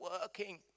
working